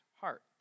heart